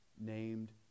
named